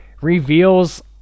reveals